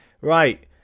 right